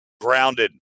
Grounded